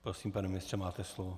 Prosím, pane ministře, máte slovo.